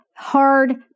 hard